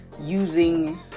using